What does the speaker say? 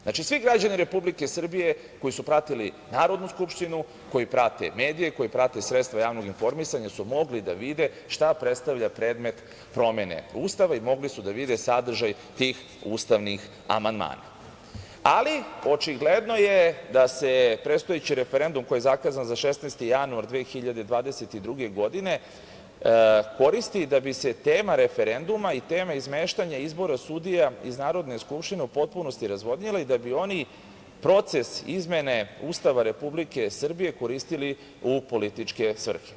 Znači, svi građani Republike Srbije koji su pratili Narodnu skupštinu, koji prate medije, koji prate sredstva javnog informisanja su mogli da vide šta predstavlja predmet promene Ustava i mogli su da vide sadržaj tih ustavnih Ali, očigledno je da se prestojeći referendum, koji je zakazan za 16. januar 2022. godine, koristi da bi se tema referenduma i tema izmeštanja izbora sudija iz Narodne skupštine u potpunosti razvodnjile i da bi oni proces izmene Ustava Republike Srbije koristili u političke svrhe.